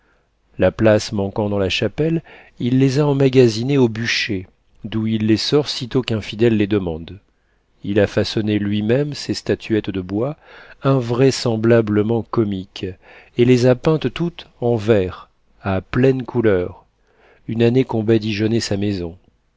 la place manquant dans la chapelle il les a emmagasinés au bûcher d'où il les sort sitôt qu'un fidèle les demande il a façonné lui-même ces statuettes de bois invraisemblablement comiques et les a peintes toutes en vert à pleine couleur une année qu'on badigeonnait sa maison